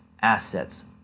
assets